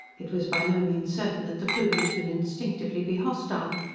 it was by no means certain that the plumies would instinctively be hostile.